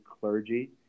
clergy